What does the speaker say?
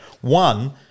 One